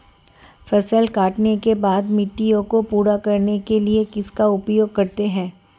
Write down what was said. फसल काटने के बाद मिट्टी को पूरा करने के लिए किसका उपयोग करते हैं?